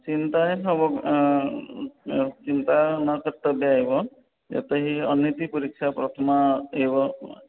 चिन्ता चिन्ता मा कर्तव्या एव यतो हि अन्येपि परीक्षा प्रथमा एव